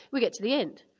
we get to the end.